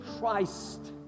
Christ